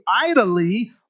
idly